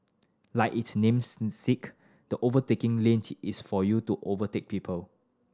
like its names sake the overtaking lane is for you to overtake people